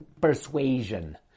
persuasion